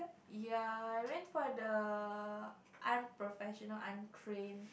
ya I went for the unprofessional untrain